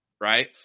right